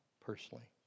personally